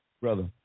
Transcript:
brother